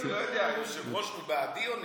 לא יודע, היושב-ראש הוא בעדי או נגדי?